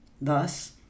thus